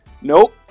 Nope